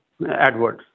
AdWords